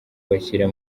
bashyira